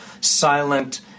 silent